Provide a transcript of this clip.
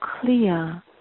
clear